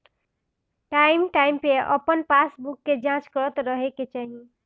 time time पे अपन passbook के जाँच करत रहे के चाही